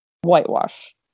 whitewash